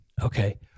Okay